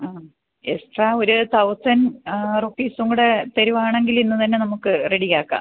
ആ എക്സ്ട്രാ ഒരു തൗസൻഡ് റുപ്പീസും കൂടെ തരുകയാണെങ്കിൽ ഇന്ന് തന്നെ നമുക്ക് റെഡിയാക്കാം